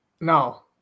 now